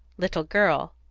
little girl,